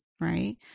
right